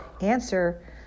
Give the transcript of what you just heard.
answer